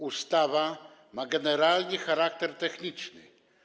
Ustawa ma generalnie charakter techniczny.